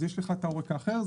אז יש לך את העורק האחר.